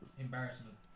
embarrassment